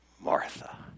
Martha